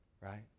right